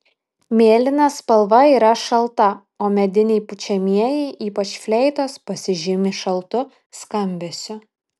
mėlyna spalva yra šalta o mediniai pučiamieji ypač fleitos pasižymi šaltu skambesiu